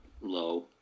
low